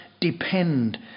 depend